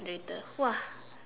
generator !wah!